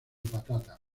patatas